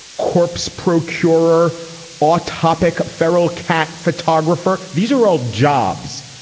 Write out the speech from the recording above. corpse procurer or topic feral cat photographer. these are old jobs.